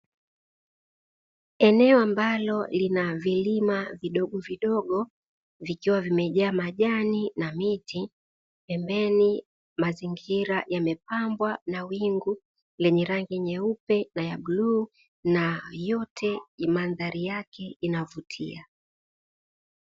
Eneo ambalo lina vilima vidogo vidogo vikiwa vimejaa majani na miti, pembeni mazingira yamepambwa na wingu lenye rangi nyeupe na ya bluu, na yote ni mandhari yake inavutia.